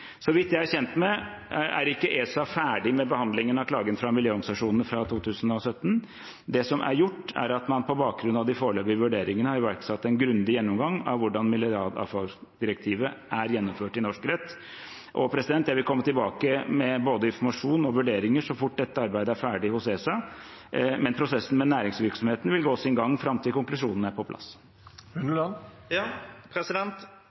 Så vidt jeg er kjent med, er ikke ESA ferdig med behandlingen av klagen fra miljøorganisasjonene fra 2017. Det som er gjort, er at man på bakgrunn av de foreløpige vurderingene har iverksatt en grundig gjennomgang av hvordan mineralavfallsdirektivet er gjennomført i norsk rett. Jeg vil komme tilbake med både informasjon og vurderinger så fort dette arbeidet er ferdig hos ESA, men prosessen med næringsvirksomheten vil gå sin gang fram til konklusjonene er på plass.